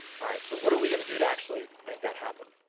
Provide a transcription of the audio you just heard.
all right, so what are we gonna do to actually make that happen?